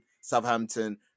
Southampton